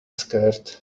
scared